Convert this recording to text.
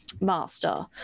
master